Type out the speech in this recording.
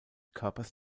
körpers